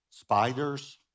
spiders